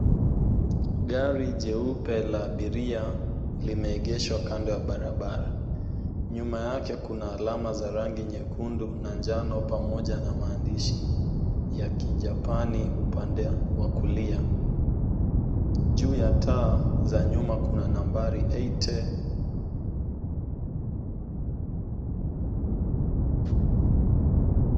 Gari jeupe la abiria limeegeshwa kando ya barabara, nyuma yake kuna alama za rangi nyekundu na njano pamoja na maandishi ya kijapani upande wa kulia. Juu ya taa za nyuma kuna nambari 80 .